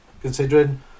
considering